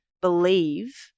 believe